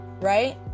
right